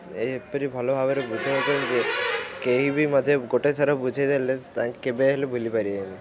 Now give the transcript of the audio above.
ସେ ଏହିପରି ଭଲ ଭାବରେ ବୁଝାଉଛନ୍ତି କେହି ବି ମଧ୍ୟ ଗୋଟେ ଥର ବୁଝାଇଦେଲେ ତାଙ୍କୁ କେବେ ହେଲେ ଭୁଲି ପାରିବେନି